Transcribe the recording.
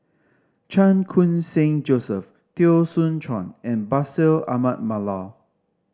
Chan Khun Sing Joseph Teo Soon Chuan and Bashir Ahmad Mallal